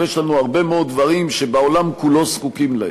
ויש לנו הרבה דברים שבעולם כולו זקוקים להם,